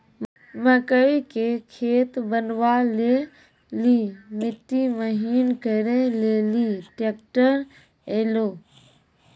मकई के खेत बनवा ले ली मिट्टी महीन करे ले ली ट्रैक्टर ऐलो?